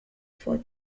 for